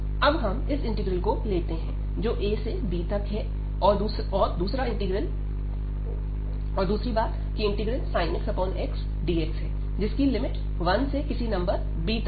अब हम इस इंटीग्रल को लेते हैं जो a से b तक है दूसरा integral sin x x dx है जिसकी लिमिट 1 से किसी नंबर b तक है